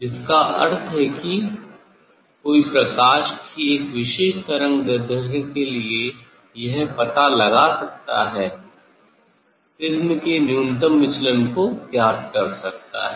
जिसका अर्थ है कि कोई प्रकाश की एक विशेष तरंगदैर्ध्य के लिए यह पता लगा सकता है प्रिज़्म के न्यूनतम विचलन को ज्ञात कर सकता है